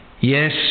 Yes